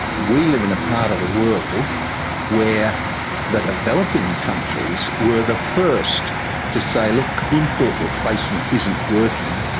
we live in a part of the world where the developing countries were the first to say, look, import replacement isn't working.